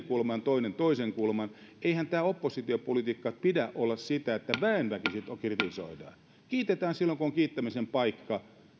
kulman toinen toisen kulman eihän oppositiopolitiikan pidä olla sitä että väen väkisin kritisoidaan kiitetään silloin kun on kiittämisen paikka